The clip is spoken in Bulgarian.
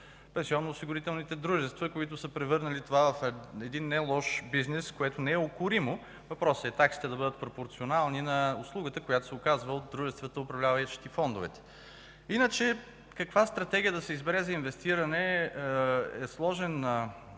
пенсионноосигурителните дружества, които са превърнали това в един нелош бизнес, което не е укоримо, въпросът е таксите да бъдат пропорционални на услугата, която се оказва от дружествата, управляващи фондовете. Иначе, каква стратегия да се избере за инвестиране е сложен